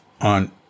on